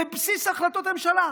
בבסיס החלטות הממשלה.